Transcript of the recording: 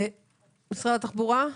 משרד התחבורה,